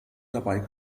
dabei